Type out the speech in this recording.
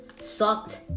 sucked